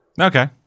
okay